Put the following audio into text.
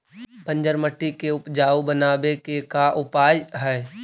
बंजर मट्टी के उपजाऊ बनाबे के का उपाय है?